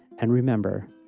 and remember,